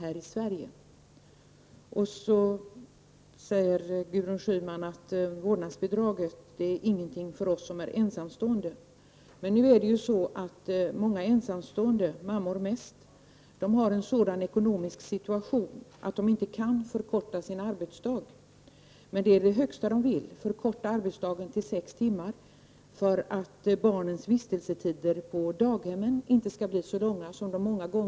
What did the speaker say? Gudrun Schyman sade att vårdnadsbidraget inte är någonting för dem som är ensamstående. Men många ensamstående, mest mammor, har en sådan ekonomisk situation att de inte kan förkorta sin arbetsdag. De vill förkorta arbetsdagen, så att den omfattar sex timmar och så att barnens vistelse på daghemmen inte skall bli så lång som den nu ofta är.